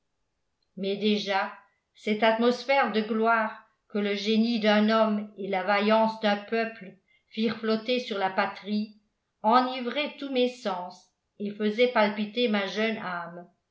mais déjà cette atmosphère de gloire que le génie d'un homme et la vaillance d'un peuple firent flotter sur la patrie enivrait tous mes sens et faisait palpiter ma jeune âme